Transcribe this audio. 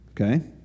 Okay